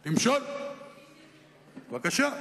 תמשול, בבקשה.